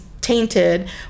tainted